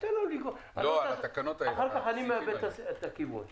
מבקשים אחרי זה מקלט מדיני במדינות אחרות.